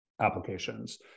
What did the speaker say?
applications